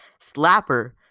slapper